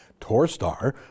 Torstar